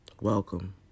Welcome